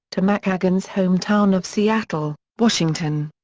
to mckagan's hometown of seattle, washington.